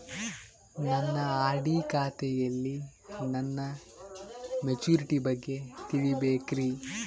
ನನ್ನ ಆರ್.ಡಿ ಖಾತೆಯಲ್ಲಿ ನನ್ನ ಮೆಚುರಿಟಿ ಬಗ್ಗೆ ತಿಳಿಬೇಕ್ರಿ